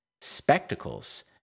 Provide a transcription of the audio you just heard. spectacles